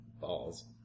balls